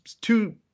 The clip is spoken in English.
two